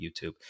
YouTube